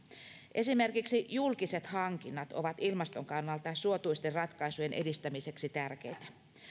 esimerkiksi julkiset hankinnat ovat ilmaston kannalta suotuisten ratkaisujen edistämiseksi tärkeitä